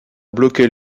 bloquer